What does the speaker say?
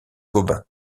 gobain